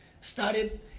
started